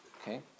Okay